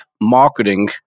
marketing